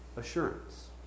assurance